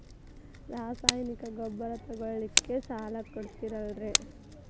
ರಾಸಾಯನಿಕ ಗೊಬ್ಬರ ತಗೊಳ್ಳಿಕ್ಕೆ ಸಾಲ ಕೊಡ್ತೇರಲ್ರೇ?